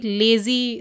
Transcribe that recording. lazy